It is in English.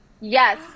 Yes